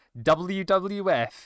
WWF